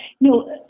No